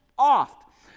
Oft